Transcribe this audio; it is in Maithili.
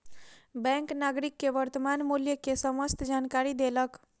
बैंक नागरिक के वर्त्तमान मूल्य के समस्त जानकारी देलक